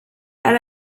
are